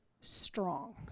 strong